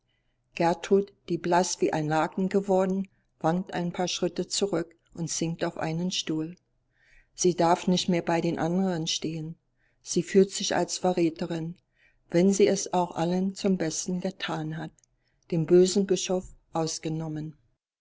gertrud die blaß wie ein laken geworden wankt ein paar schritte zurück und sinkt auf einen stuhl sie darf nicht mehr bei den anderen stehen sie fühlt sich als verräterin wenn sie es auch allen zum besten getan hat den bösen bischof ausgenommen